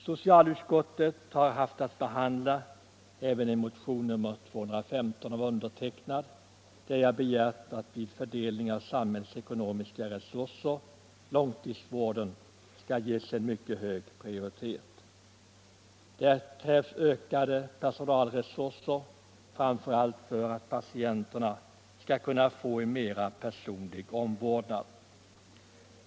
Socialutskottet har haft att behandla även en motion, nr 215, där jag begärt att vid fördelningen av samhällets ekonomiska resurser långtidsvården skall ges en mycket hög prioritet. Det krävs ökade personalresurser framför allt för att patienterna skall kunna få en mer personlig omvårdnad.